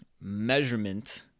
measurement